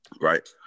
Right